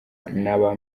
n’aba